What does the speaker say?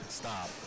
stop